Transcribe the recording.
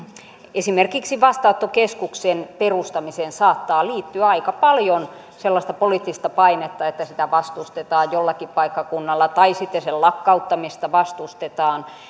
esimerkiksi vastaanottokeskuksen perustamiseen saattaa liittyä aika paljon sellaista poliittista painetta että sitä vastustetaan jollakin paikkakunnalla tai sitten sen lakkauttamista vastustetaan